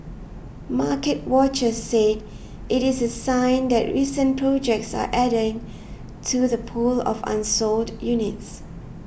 market watchers said it is a sign that recent projects are adding to the pool of unsold units